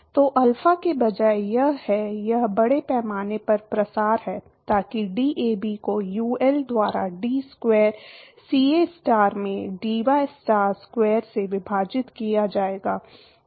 तो अल्फा के बजाय यह है यह बड़े पैमाने पर प्रसार है ताकि डीएबी को यूएल द्वारा डी स्क्वायर सीएस्टार में dystar स्क्वायर से विभाजित किया जाएगा